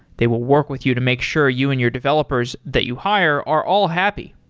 they will work with you to make sure you and your developers that you hire are all happy.